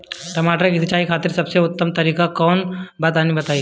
टमाटर के सिंचाई खातिर सबसे उत्तम तरीका कौंन बा तनि बताई?